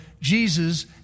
Jesus